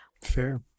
fair